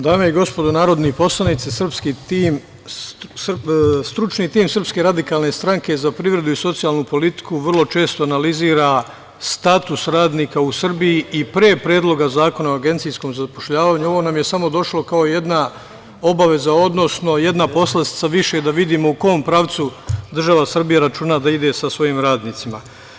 Dame i gospodo narodni poslanici, stručni tim Srpske radikalne stranke za privredu i socijalnu politiku vrlo često analizira status radnika u Srbiji i pre Predloga zakona o agencijskom zapošljavanju, ovo nam je samo došlo kao jedna obaveza, odnosno jedna poslastica više da vidimo u kom pravcu država Srbija računa da ide sa svojim radnicima.